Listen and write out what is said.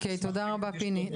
אוקיי, תודה רבה פיני.